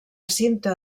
cinta